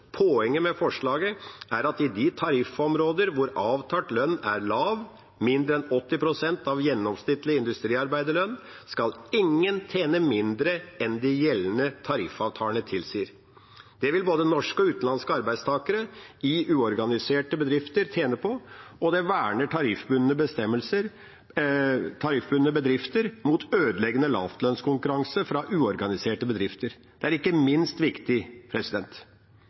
Poenget med forslaget er at i de tariffområder hvor avtalt lønn er lav – mindre enn 80 pst. av gjennomsnittlig industriarbeiderlønn – skal ingen tjene mindre enn de gjeldende tariffavtalene tilsier. Det vil både norske og utenlandske arbeidstakere i uorganiserte bedrifter tjene på, og det verner tariffbundne bedrifter mot ødeleggende lavlønnskonkurranse fra uorganiserte bedrifter. Det er ikke minst viktig.